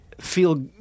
feel